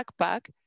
backpack